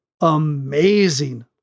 amazing